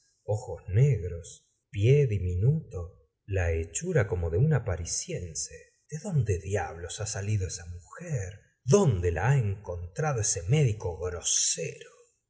ojos negros pie diminuto la hechura como de una parisiense dónde diablos ha salido esa mujer dónde la ha encontrado ese médico grosero